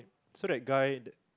so that guy